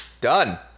Done